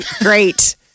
Great